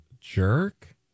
jerk